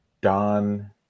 Don